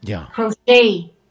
crochet